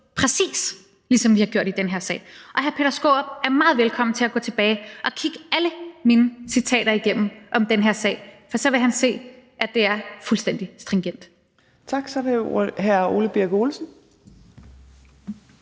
præcis ligesom vi har gjort i den her sag. Hr. Peter Skaarup er meget velkommen til at gå tilbage og kigge alle mine udtalelser om den her sag igennem, for så vil han se, at de er fuldstændig stringente. Kl. 12:37 Fjerde næstformand